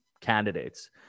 candidates